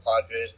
Padres